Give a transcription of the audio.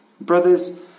Brothers